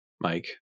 Mike